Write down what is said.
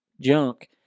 junk